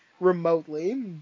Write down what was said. remotely